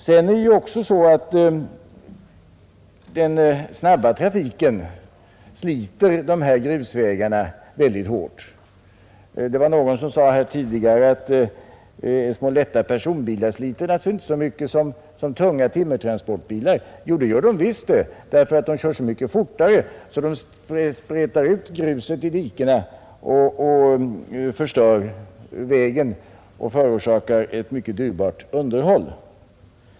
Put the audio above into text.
Vidare förhåller det sig så att den snabba trafiken sliter de här grusvägarna väldigt hårt. Någon sade här tidigare att små lätta personbilar inte sliter så mycket som tunga timmertransportbilar. Jo, det gör de visst, ty de kör så mycket fortare att de sprutar ut gruset i dikena och förstör vägen och förorsakar ett mycket dyrbart underhåll.